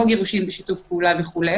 גירושין בשיתוף פעולה וכו'